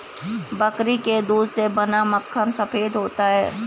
बकरी के दूध से बना माखन सफेद होता है